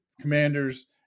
Commanders